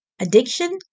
addiction